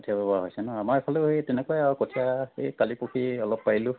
কঠিয়া ৰোৱা হৈছে ন আমাৰ এইফালেও সেই তেনেকুৱাই আৰু কঠিয়া সেই কালি পৰহি অলপ পাৰিলোঁ